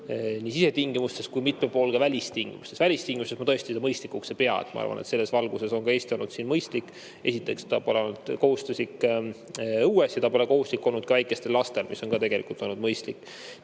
nii sisetingimustes kui ka mitmel pool välistingimustes. Välistingimustes ma tõesti seda mõistlikuks ei pea. Ma arvan, et selles valguses on ka Eesti olnud siin mõistlik. Esiteks, ta pole olnud kohustuslik õues, ning teiseks, ta pole kohustuslik olnud ka väikestel lastel ja see on ka tegelikult olnud mõistlik.